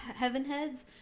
heavenheads